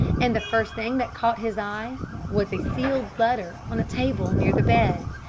and the first thing that caught his eye was a sealed letter on a table near the bed.